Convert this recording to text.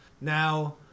Now